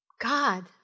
God